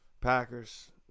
Packers